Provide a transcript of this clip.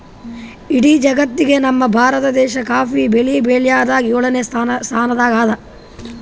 ಇಡೀ ಜಗತ್ತ್ನಾಗೆ ನಮ್ ಭಾರತ ದೇಶ್ ಕಾಫಿ ಬೆಳಿ ಬೆಳ್ಯಾದ್ರಾಗ್ ಯೋಳನೆ ಸ್ತಾನದಾಗ್ ಅದಾ